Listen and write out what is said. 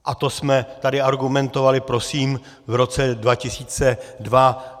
A to jsme tady argumentovali prosím v roce 2002.